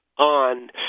on